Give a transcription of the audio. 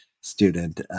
student